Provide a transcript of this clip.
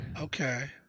okay